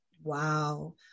Wow